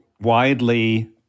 widely